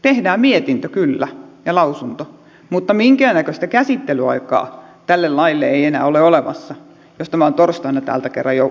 tehdään mietintö kyllä ja lausunto mutta minkäännäköistä käsittelyaikaa tälle laille ei enää ole olemassa jos tämä on torstaina täältä kerran jo ulos valiokunnista